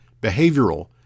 behavioral